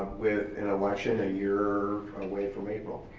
with an election a year away from april.